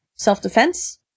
Self-defense